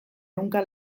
ehunka